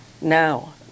now